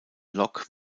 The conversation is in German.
lok